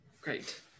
Great